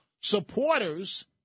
supporters